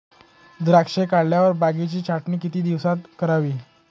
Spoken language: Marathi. द्राक्षे काढल्यावर बागेची छाटणी किती दिवसात करावी?